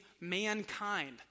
mankind